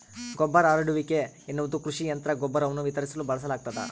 ಗೊಬ್ಬರ ಹರಡುವಿಕೆ ಎನ್ನುವುದು ಕೃಷಿ ಯಂತ್ರ ಗೊಬ್ಬರವನ್ನು ವಿತರಿಸಲು ಬಳಸಲಾಗ್ತದ